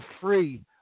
free